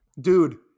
Dude